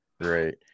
Great